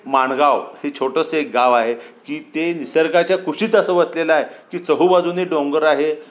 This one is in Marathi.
माणगाव हे छोटंसं एक गाव आहे की ते निसर्गाच्या कुशीत असं वसलेलं आहे की चहुबाजूनंही डोंगर आहे